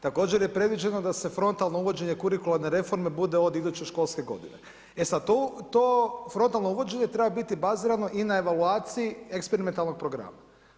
Također je predviđeno da se frontalno uvođenje kurikularne reforme bude od iduće školske g. E sada to frontalno uvođenje treba biti bazirano i na evaluacije eksperimentalnog programa.